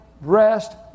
rest